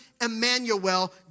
Emmanuel